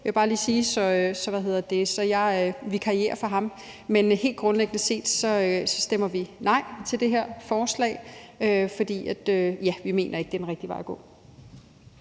vikarierer for ham. Men helt grundlæggende set stemmer vi nej til det her forslag, for vi mener ikke, det er den rigtige vej at gå.